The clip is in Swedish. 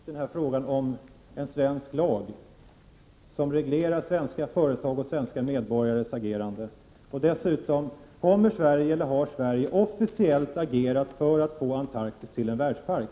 Herr talman! Jag har fortfarande inte fått svar på frågan beträffande en svensk lag som reglerar svenska företags och svenska medborgares agerande. Dessutom: Kommer Sverige att agera officiellt eller har Sverige gjort det för att få Antarktis till en världspark?